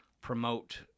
promote